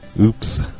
Oops